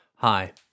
Hi